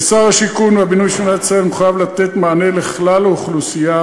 כשר השיכון והבינוי של מדינת ישראל אני מחויב לתת מענה לכלל האוכלוסייה: